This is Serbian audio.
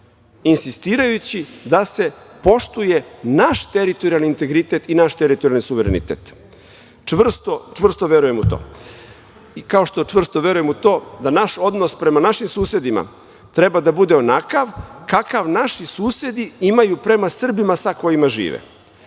insistirajući da se poštuje naš teritorijalni integritet i naše teritorijalni suverenitet. Čvrsto verujem u to i kao što čvrsto verujem u to da naš odnos prema našim susedima treba da bude onakav kakav naši susedi imaju prema Srbima sa kojima žive.